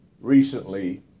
recently